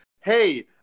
hey